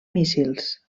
míssils